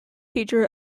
teacher